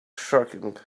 shocking